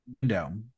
window